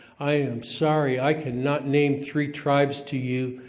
i am sorry. i could not name three tribes to you